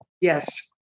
Yes